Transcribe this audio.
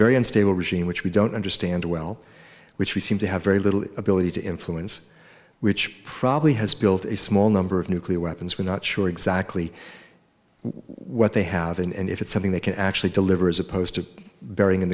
very unstable regime which we don't understand well which we seem to have very little ability to influence which probably has built a small number of nuclear weapons we're not sure exactly what they have and if it's something they can actually deliver as opposed to burying in